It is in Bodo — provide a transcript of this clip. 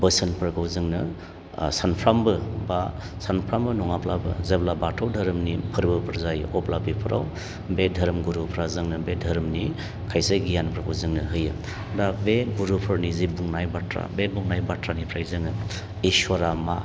बोसोनफोरखौ जोंनो ओ सानफ्रामबो बा सानफ्रामबो नङाब्लाबो जेब्ला बाथौ धोरोमनि फोरबोफोर जायो अब्ला बेफोराव बे धोरोम गुरुफ्रा जोंनो बे धोरोमनि खायसे गियानफोरखौ जोंनो होयो दा बे गुरुफोरनि जि बुंनाय बाथ्रा बे बुंनाय बाथ्रानिफ्राय जोङो इसोरा मा